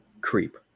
creep